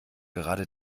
gerade